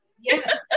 yes